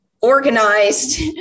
organized